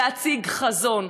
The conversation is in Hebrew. להציג חזון.